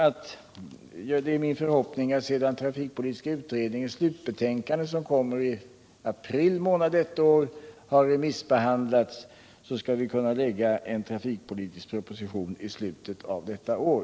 Det är min förhoppning att sedan trafikpolitiska utredningens slutbetänkande, som kommer i april månad detta år, har remissbehandlats skall vi kunna lägga en trafikpolitisk proposition i slutet av detta år.